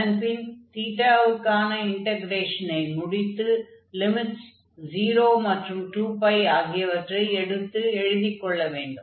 அதன் பின் வுக்கான இன்டக்ரேஷனை முடித்து லிமிட்ஸ் 0 மற்றும் 2π ஆகியவற்றை எடுத்து எழுதிக் கொள்ள வேண்டும்